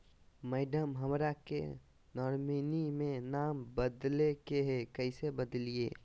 madam, हमरा के nominee में नाम बदले के हैं, कैसे बदलिए